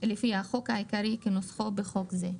לפי החוק העיקרי כנוסחו בחוק זה.